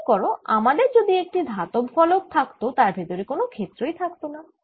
মনে করো আমাদের যদি একটি ধাতব ফলক থাকত তার ভেতরে কোন ক্ষেত্রই থাকত না